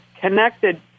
connected